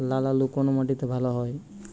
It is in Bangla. লাল আলু কোন মাটিতে ভালো হয়?